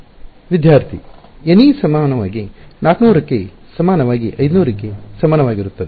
ವಿದ್ಯಾರ್ಥಿ n ಸಮಾನವಾಗಿ 400 ಕ್ಕೆ ಸಮಾನವಾಗಿ 500 ಗೆ ಸಮಾನವಾಗಿರುತ್ತದೆ